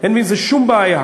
אין בזה שום בעיה,